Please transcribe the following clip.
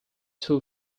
two